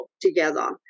together